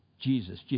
jesus